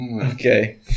Okay